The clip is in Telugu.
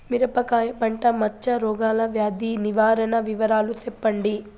మిరపకాయ పంట మచ్చ రోగాల వ్యాధి నివారణ వివరాలు చెప్పండి?